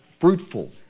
fruitful